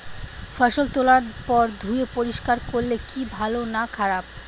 ফসল তোলার পর ধুয়ে পরিষ্কার করলে কি ভালো না খারাপ?